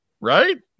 Right